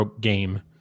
game